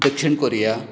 दक्षिण कोरिया